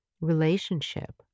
relationship